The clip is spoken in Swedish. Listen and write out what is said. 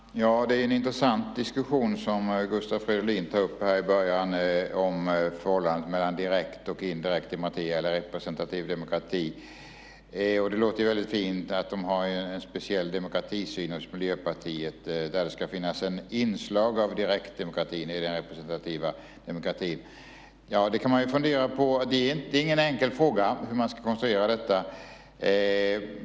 Herr talman! Det är en intressant diskussion som Gustav Fridolin tar upp här i början om förhållandet mellan direkt och indirekt demokrati eller representativ demokrati. Det låter ju fint att Miljöpartiet har en speciell demokratisyn, där det ska finnas ett inslag av direktdemokrati i den representativa demokratin. Det kan man fundera på. Det är ingen enkel fråga hur man ska konstruera detta.